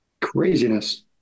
Craziness